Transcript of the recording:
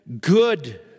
good